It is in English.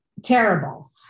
Terrible